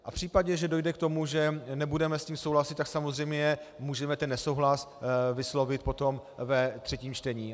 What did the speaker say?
V případě, že dojde k tomu, že s tím nebudeme souhlasit, tak samozřejmě můžeme nesouhlas vyslovit potom ve třetím čtení.